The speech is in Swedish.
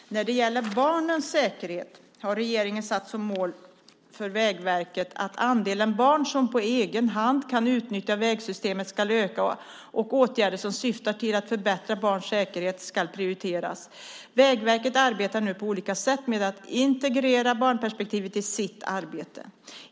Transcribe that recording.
När det gäller barnens säkerhet har regeringen satt som mål för Vägverket att andelen barn som på egen hand kan utnyttja vägsystemet ska öka och att åtgärder som syftar till att förbättra barns säkerhet ska prioriteras. Vägverket arbetar nu på olika sätt med att integrera barnperspektivet i sitt arbete.